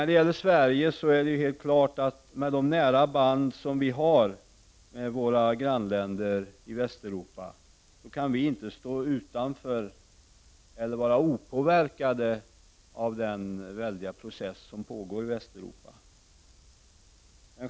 Det är helt klart att Sverige med sina starka band till länderna i Västeuropa inte kan stå utanför eller vara opåverkat av den väldiga process som pågår i Västeuropa.